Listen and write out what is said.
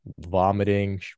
vomiting